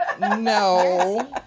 No